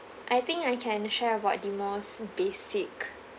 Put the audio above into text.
I think I can share about the most basic